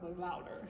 louder